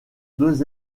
deux